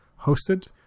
hosted